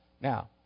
Now